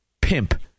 pimp